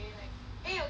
eh 有 kaya 吗